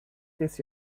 this